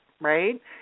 right